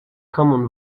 common